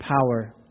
power